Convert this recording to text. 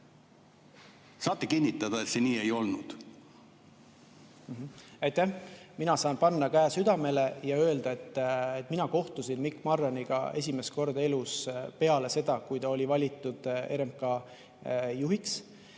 kui ministrit muretsema. Aitäh! Mina saan panna käe südamele ja öelda, et mina kohtusin Mikk Marraniga esimest korda elus peale seda, kui ta oli valitud RMK juhiks.